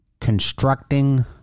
constructing